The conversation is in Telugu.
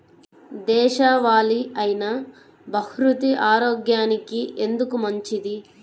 దేశవాలి అయినా బహ్రూతి ఆరోగ్యానికి ఎందుకు మంచిది?